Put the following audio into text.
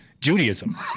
Judaism